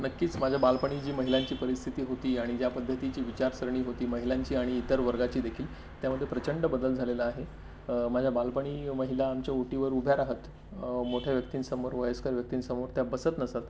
नक्कीच माझ्या बालपाणी जी महिलांची परिस्थिती होती आणि ज्या पद्धतीची विचारसरणी होती महिलांची आणि इतर वर्गाचीदेखील त्यामध्ये प्रचंड बदल झालेला आहे माझ्या बालपाणी महिला आमच्या ओटीवर उभ्या राहत मोठ्या व्यक्तींसमोर वयस्कर व्यक्तींसमोर त्या बसत नसत